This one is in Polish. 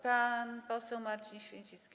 Pan poseł Marcin Święcicki.